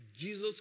Jesus